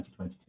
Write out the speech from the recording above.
2022